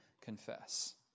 confess